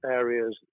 areas